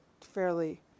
fairly